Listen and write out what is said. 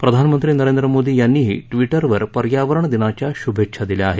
प्रधानमंत्री नरेंद्र मोदी यांनीही ट्विटरवर पर्यावरण दिनाच्या शूभेच्छा दिल्या आहेत